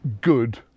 good